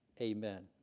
Amen